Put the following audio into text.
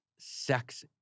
sex